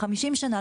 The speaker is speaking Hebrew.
50 שנה,